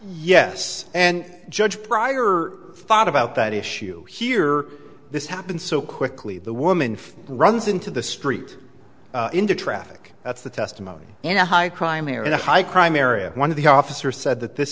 yes and judge prior thought about that issue here this happened so quickly the woman runs into the street into traffic that's the testimony in a high crime area in a high crime area one of the officers said that this